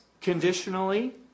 conditionally